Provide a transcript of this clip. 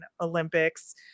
Olympics